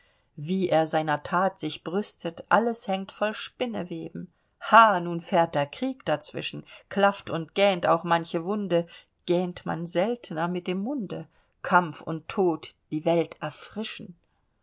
wie er seiner that sich brüstet alles hängt voll spinneweben ha nun fährt der krieg dazwischen klafft und gähnt auch manche wunde gähnt man selt'ner mit dem munde kampf und tod die welt erfrischen